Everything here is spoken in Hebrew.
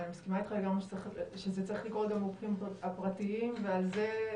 אני מסכימה איתך לגמרי שזה צריך לקרות גם בגופים הפרטיים ועל זה,